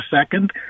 second